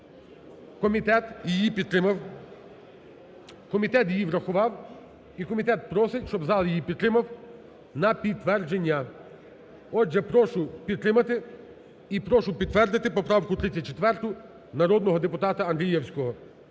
комітет її врахував і комітет просить, щоб зал її підтримав на підтвердження. Отже, прошу підтримати і прошу підтвердити поправку 34 народного депутата Андрієвського.